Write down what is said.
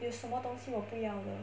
有什么东西我不要的